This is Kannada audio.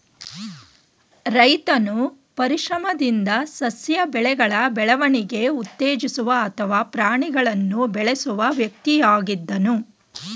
ರೈತನು ಪರಿಶ್ರಮದಿಂದ ಸಸ್ಯ ಬೆಳೆಗಳ ಬೆಳವಣಿಗೆ ಉತ್ತೇಜಿಸುವ ಅಥವಾ ಪ್ರಾಣಿಗಳನ್ನು ಬೆಳೆಸುವ ವ್ಯಕ್ತಿಯಾಗಿದ್ದನು